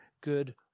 good